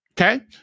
Okay